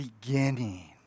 beginning